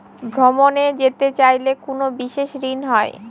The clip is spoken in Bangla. ভ্রমণে যেতে চাইলে কোনো বিশেষ ঋণ হয়?